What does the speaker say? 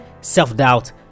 Self-doubt